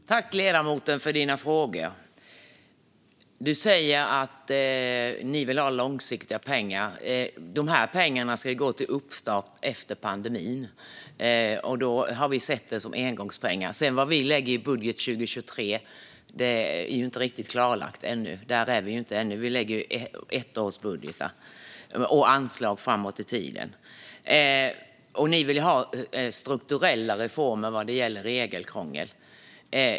Fru talman! Tack, ledamoten, för dina frågor! Du säger att ni vill ha långsiktiga pengar. Dessa pengar ska gå till uppstart efter pandemin, och då har vi sett det som engångspengar. Vad vi sedan lägger i budgeten 2023 är inte riktigt klarlagt. Där är vi inte ännu, utan vi lägger ettårsbudgetar och anslag framåt i tiden. Ni vill ha strukturella reformer vad gäller regelkrångel.